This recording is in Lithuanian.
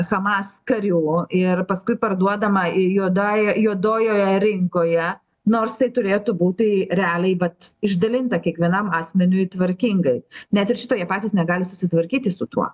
hamas karių ir paskui parduodama į juodąja juodojoje rinkoje nors tai turėtų būti realiai vat išdalinta kiekvienam asmeniui tvarkingai net ir šito jie patys negali susitvarkyti su tuo